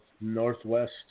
Northwest